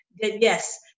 yes